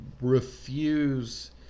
refuse